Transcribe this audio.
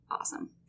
awesome